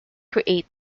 create